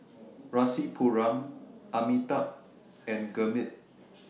Rasipuram Amitabh and Gurmeet